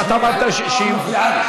אתה אמרת שהיא מופרעת?